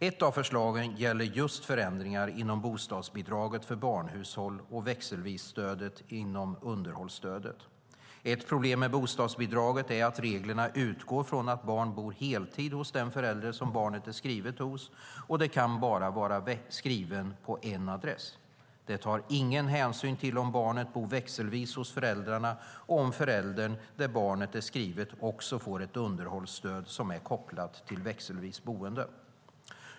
Ett av förslagen gäller just förändringar inom bostadsbidraget för barnhushåll och växelvisstödet inom underhållsstödet. Ett problem med bostadsbidraget är att reglerna utgår från att barn bor heltid hos den förälder som barnet är skrivet hos, och det kan bara vara skrivet på en adress. Det tas ingen hänsyn till om barnet bor växelvis hos föräldrarna eller om föräldern barnet är skrivet hos också får ett underhållsstöd som är kopplat till växelvis boende.